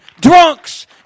drunks